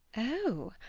oh!